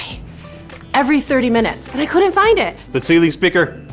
every thirty minutes and i couldn't find it. the ceiling speaker,